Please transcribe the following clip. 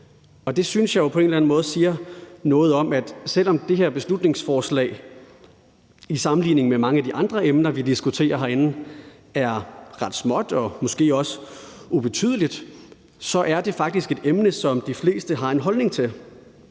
anden måde siger noget om, at selv om det her beslutningsforslag i sammenligning med mange af de andre emner, vi diskuterer herinde, er ret småt og måske også ubetydeligt, så er det faktisk et emne, som de fleste har en holdning til.